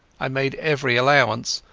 i made every allowance,